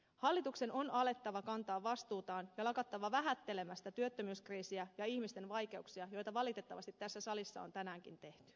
hallituksen on alettava kantaa vastuutaan ja lakattava vähättelemästä työttömyyskriisiä ja ihmisten vaikeuksia mitä valitettavasti tässä salissa on tänäänkin tehty